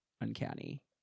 uncanny